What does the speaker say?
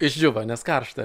išdžiūvo nes karšta